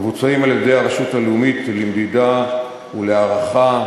המבוצעים על-ידי הרשות הלאומית למדידה ולהערכה,